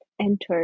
entered